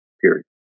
period